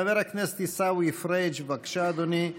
חבר הכנסת עיסאווי פריג', בבקשה, אדוני.